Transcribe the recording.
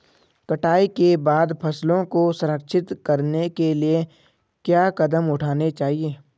कटाई के बाद फसलों को संरक्षित करने के लिए क्या कदम उठाने चाहिए?